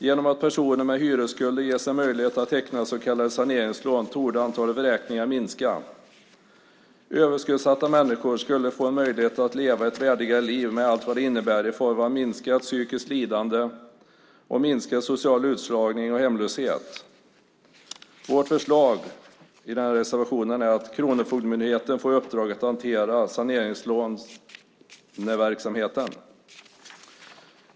Genom att personer med hyresskulder ges en möjlighet att teckna så kallade saneringslån torde antalet vräkningar minska. Överskuldsatta människor skulle få möjlighet att leva ett värdigare liv med allt vad det innebär i form av minskat psykiskt lidande och minskad social utslagning och hemlöshet. Vårt förslag i reservationen är att Kronofogdemyndigheten ska få i uppdrag att hantera saneringslåneverksamheten.